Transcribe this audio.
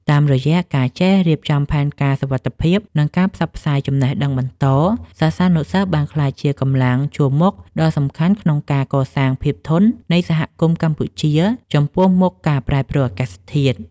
តាមរយៈការចេះរៀបចំផែនការសុវត្ថិភាព និងការផ្សព្វផ្សាយចំណេះដឹងបន្ត សិស្សានុសិស្សបានក្លាយជាកម្លាំងជួរមុខដ៏សំខាន់ក្នុងការកសាងភាពធន់នៃសហគមន៍កម្ពុជាចំពោះមុខការប្រែប្រួលអាកាសធាតុ។